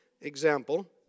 example